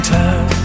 time